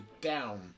down